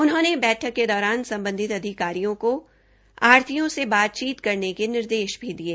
उन्होंने बैठक के दौरान सम्बधित अधिकारियों को आढ़तियों से बातचीत करने के निर्देश भी दिये